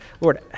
Lord